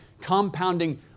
compounding